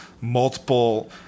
multiple